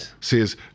says